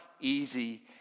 easy